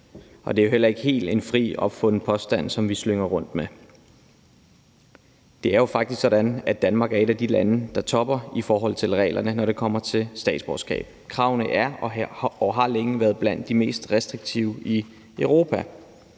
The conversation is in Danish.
Det er jo heller ikke en helt fri opfundet påstand, som vi slynger om os med. Det er jo faktisk sådan, at Danmark er et af de lande, der topper i forhold til reglerne, når det kommer til statsborgerskab. Kravene er og har længe været blandt de mest restriktive i Europa.